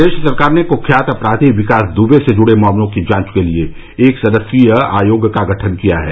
प्रदेश सरकार ने कुख्यात अपराधी विकास दुबे से जुड़े मामलों की जांच के लिए एक सदस्यीय आयोग का गठन किया है